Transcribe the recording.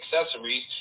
accessories